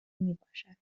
میباشد